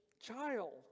child